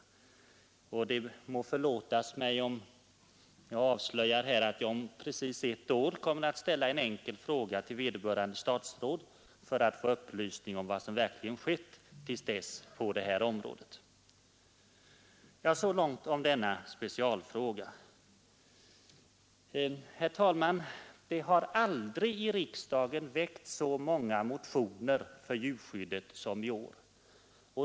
Det må förlåtas mig om jag avslöjar att jag om precis ett år kommer att ställa en enkel fråga till vederbörande statsråd för att få upplysning om vad som då verkligen skett på det här området. — Så långt denna specialfråga. Herr talman! Det har aldrig i riksdagen väckts så många motioner om djurskyddet som i år.